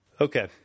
Okay